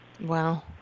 Wow